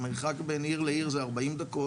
המרחק בין עיר לעיר זה 40 דקות,